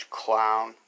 clown